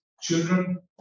children